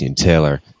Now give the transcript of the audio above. Taylor